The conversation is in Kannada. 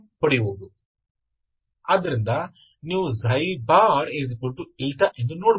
ಆದ್ದರಿಂದ ನೀವು ξ ಎಂದು ನೋಡಬಹುದು